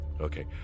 Okay